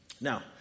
Now